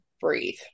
breathe